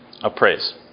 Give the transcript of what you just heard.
Appraise